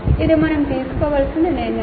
ఇది మనం తీసుకోవలసిన నిర్ణయం